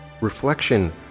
Reflection